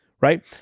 Right